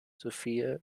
sofia